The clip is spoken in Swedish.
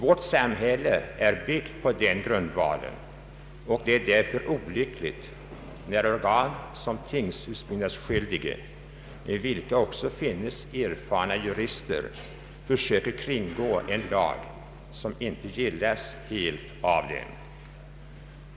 Vårt samhälle är uppbyggt på den grundvalen, och det är därför olyckligt när organ såsom tingshusbyggnadsskyldige, där även erfarna jurister ingår, försöker kringgå en lag som inte gillas helt av dem.